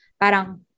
parang